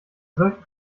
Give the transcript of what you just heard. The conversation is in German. solchen